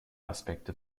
aspekte